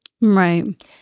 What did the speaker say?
Right